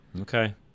Okay